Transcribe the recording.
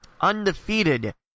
undefeated